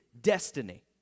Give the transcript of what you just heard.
destiny